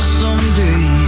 someday